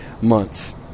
month